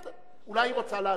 בסדר, אולי היא רוצה לעזוב.